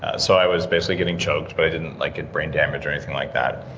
ah so i was basically getting choked, but i didn't like get brain damage or anything like that.